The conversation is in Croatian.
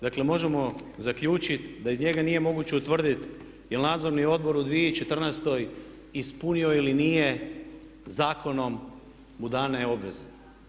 Dakle, možemo zaključiti da iz njega nije moguće utvrditi jel' nadzorni odbor u 2014. ispunio ili nije zakonom mu dane obveze.